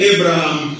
Abraham